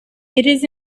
it’s